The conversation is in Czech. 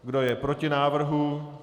Kdo je proti návrhu?